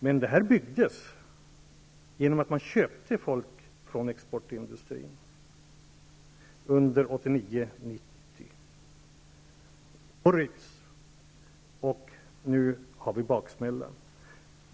Men dessa kunde byggas genom att man så att säga köpte folk från exportindustrin under 1989--1990. Det var ett rus, och nu känner vi av baksmällan.